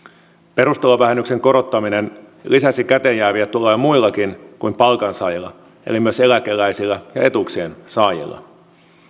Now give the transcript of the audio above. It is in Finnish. perusvähennyksen korottaminen lisäisi käteen jääviä tuloja muillakin kuin palkansaajilla eli myös eläkeläisillä ja etuuksien saajilla